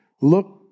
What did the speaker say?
look